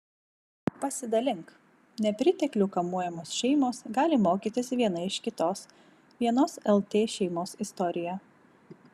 pasidalink nepriteklių kamuojamos šeimos gali mokytis viena iš kitos vienos lt šeimos istorija